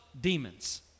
demons